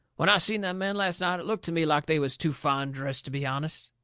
when i seen them men last night it looked to me like they was too fine dressed to be honest.